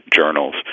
journals